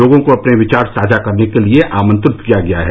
लोगों को अपने विचार साझा करने के लिए आंमत्रित किया गया है